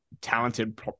talented